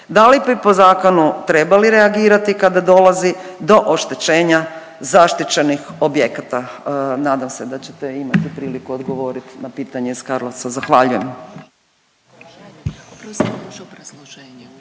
Da li bi po zakonu trebali reagirati kada dolazi do oštećenja zaštićenih objekata. Nadam se da ćete imati priliku odgovori na pitanje iz Karlovca. Zahvaljujem.